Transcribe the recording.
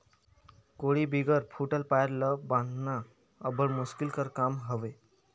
कोड़ी बिगर फूटल पाएर ल बाधना अब्बड़ मुसकिल कर काम हवे